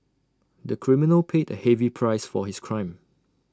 the criminal paid A heavy price for his crime